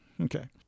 Okay